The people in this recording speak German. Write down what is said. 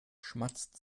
schmatzt